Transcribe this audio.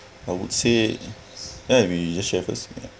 I would say yeah maybe you just share first yeah